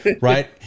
Right